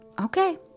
Okay